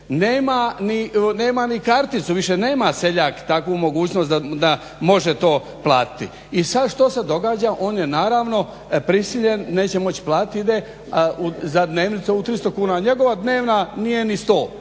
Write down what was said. nema ni karticu, više nema seljak takvu mogućnost da može to platiti. I sad što se događa, on je naravno prisiljen, neće moći platiti, ide za dnevnicu ovu 300 kuna, a njegova dnevna nije ni 100,